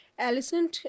Alison